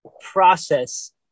process